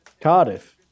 Cardiff